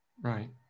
Right